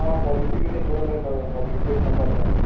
ہاں کوالٹی کے لیے بولا نہیں پڑا کوالٹی ایک نمبر رہے گا